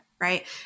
right